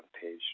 page